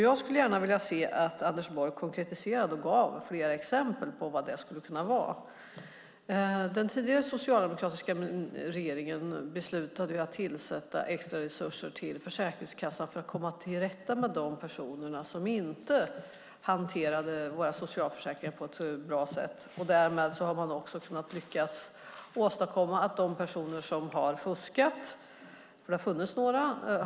Jag vill gärna se att Anders Borg konkretiserar och ger fler exempel på vad det kan vara. Den tidigare socialdemokratiska regeringen beslutade att tillsätta extra resurser till Försäkringskassan för att komma till rätta med de personer som inte hanterade våra socialförsäkringar på ett riktigt sätt. Därmed har man lyckats komma åt de personer som har fuskat - det har funnits några.